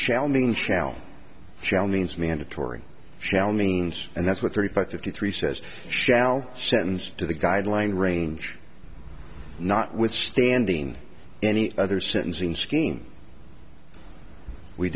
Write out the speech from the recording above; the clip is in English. shall mean shall shall means mandatory shall means and that's what thirty five fifty three says shall sentence to the guideline range notwithstanding any other